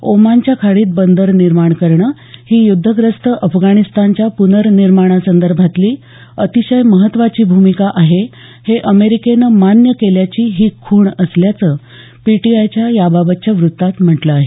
ओमानच्या खाडीत बंदर निर्माण करणं ही युद्धग्रस्त अफगाणिस्तानच्या पुनर्निर्माणासंदर्भातली अतिशय महत्त्वाची भूमिका आहे हे अमेरिकेनं मान्य केल्याची ही खूण असल्याचं पीटीआयच्या याबाबतच्या वृत्तात म्हटलं आहे